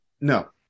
no